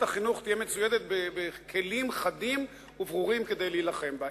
החינוך תהיה מצוידת בכלים חדים וברורים כדי להילחם בה.